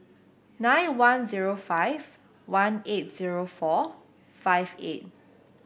nine one zero five one eight zero four five eight